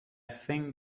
think